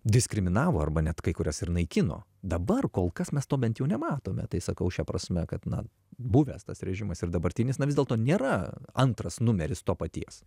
diskriminavo arba net kai kurias ir naikino dabar kol kas mes to bent jau nematome tai sakau šia prasme kad na buvęs tas režimas ir dabartinis na vis dėlto nėra antras numeris to paties